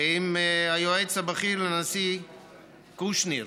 ועם היועץ הבכיר לנשיא קושניר.